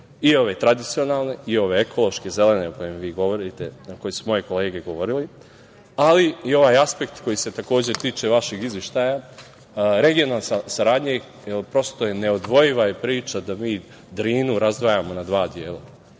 i ove tradicionalne i ove ekološke, zelene o kojima vi govorite, koje su moje kolege govorile, ali i ovaj aspekt koji se tiče vašeg izveštaja o regionalnoj saradnji. Prosto je neodvojiva priča da mi Drinu razdvajamo na dva dela.